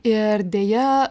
ir deja